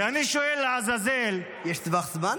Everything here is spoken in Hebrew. ואני שואל, לעזאזל --- יש טווח זמן?